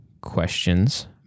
questions